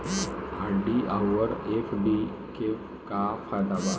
RD आउर F D के का फायदा बा?